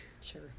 Sure